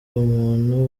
ubumuntu